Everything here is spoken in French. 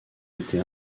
été